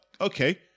okay